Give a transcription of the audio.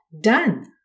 Done